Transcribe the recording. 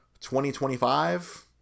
2025